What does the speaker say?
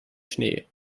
schnee